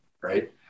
Right